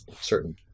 certain